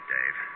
Dave